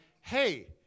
hey